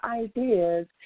ideas